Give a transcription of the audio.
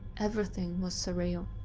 everything was surreal.